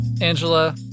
Angela